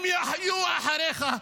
הם יהיו אחריך.